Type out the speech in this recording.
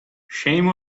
shame